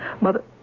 mother